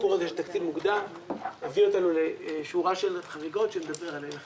הסיפור הזה מביא אותנו לשורה של חריגות שנדבר עליהם.